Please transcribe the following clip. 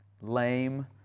lame